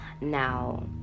Now